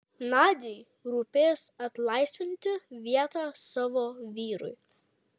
nadiai rūpės atlaisvinti vietą savo vyrui